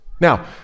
Now